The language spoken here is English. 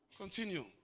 Continue